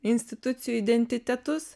institucijų identitetus